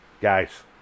Guys